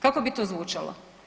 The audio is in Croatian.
Kako bi to zvučalo?